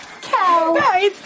cow